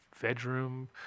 bedroom